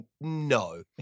no